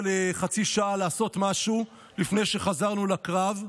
חצי שעה לעשות משהו לפני שחזרנו לקרב,